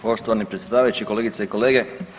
Poštovani predsjedavajući, kolegice i kolege.